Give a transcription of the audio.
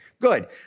good